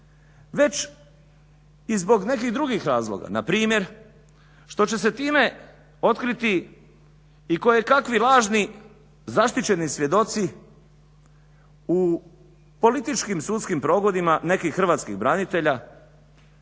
već i zbog nekih drugih razloga, npr. što će se time otkriti i kojekakvi lažni zaštićeni svjedoci u političkim i sudskim progonima nekih hrvatskih branitelja